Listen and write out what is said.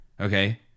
Okay